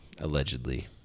allegedly